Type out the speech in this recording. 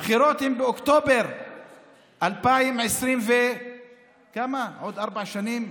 הבחירות הן באוקטובר 2020 ועוד ארבע שנים,